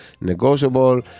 negotiable